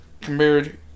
compared